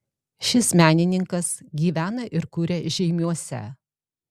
šis menininkas gyvena ir kuria žeimiuose